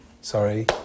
sorry